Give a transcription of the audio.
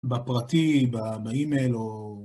בפרטי, באימייל או...